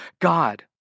God